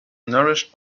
nourished